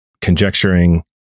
conjecturing